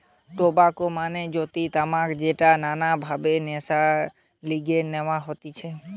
tobacco মানে হতিছে তামাক যেটা নানান ভাবে নেশার লিগে লওয়া হতিছে